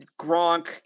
Gronk